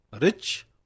rich